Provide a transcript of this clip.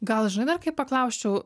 gal žinai dar kai paklausčiau